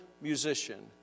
musician